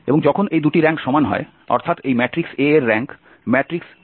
এবং যখন এই দুটি র্যাঙ্ক সমান নয় অর্থাৎ এই ম্যাট্রিক্স A এর র্যাঙ্ক ম্যাট্রিক্স A